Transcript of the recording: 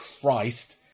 Christ